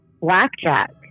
blackjack